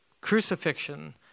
crucifixion